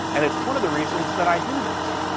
and it's one of the reasons that i do this.